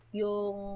yung